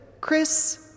Chris